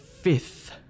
FIFTH